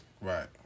Right